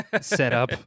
setup